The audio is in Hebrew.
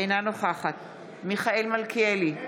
אינה נוכחת מיכאל מלכיאלי,